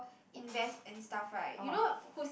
invest and stuff right you know who's